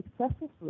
successful